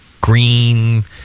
green